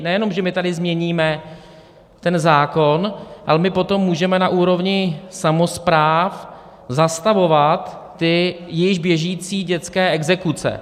Nejenom že my tady změníme zákon, ale my potom můžeme na úrovni samospráv zastavovat již běžící dětské exekuce.